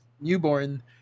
newborn